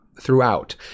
throughout